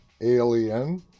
Alien